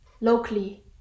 locally